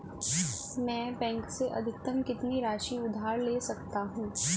मैं बैंक से अधिकतम कितनी राशि उधार ले सकता हूँ?